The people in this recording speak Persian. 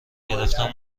گرفتن